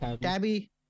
Tabby